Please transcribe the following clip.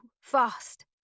fast